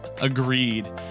Agreed